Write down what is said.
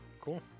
Cool